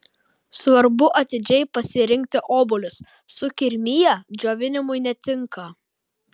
svarbu atidžiai pasirinkti obuolius sukirmiję džiovinimui netinka